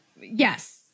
Yes